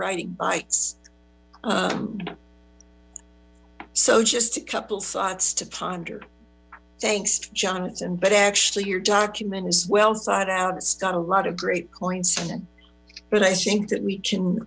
riding bikes so just a couple thoughts to ponder thanks jonathan but actually your document is well thought out it's got a lot of great points in it but i think that we can